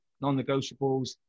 non-negotiables